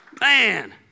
Man